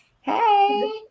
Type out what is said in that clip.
Hey